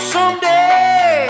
Someday